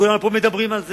כולנו פה מדברים על זה,